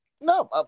No